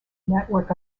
network